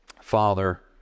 father